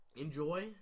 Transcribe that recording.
Enjoy